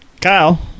Kyle